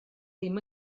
ddim